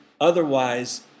otherwise